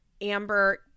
Amber